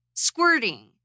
Squirting